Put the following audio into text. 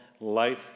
Life